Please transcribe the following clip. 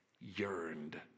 yearned